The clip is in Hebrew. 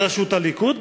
בראשות הליכוד,